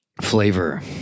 Flavor